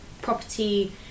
property